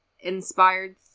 inspired